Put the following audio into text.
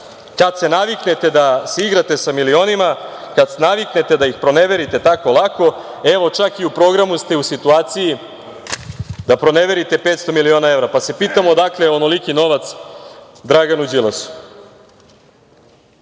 kad se naviknete da se igrate sa milionima, kad se naviknete da ih proneverite tako lako, evo čak i u programu ste u situaciji da proneverite 500 miliona evra, pa se pitamo odakle onoliki novac Draganu Đilasu. Ono